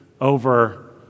over